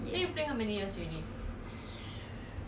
but 一直打球我脚很粗 eh